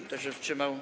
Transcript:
Kto się wstrzymał?